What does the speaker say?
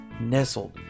Nestled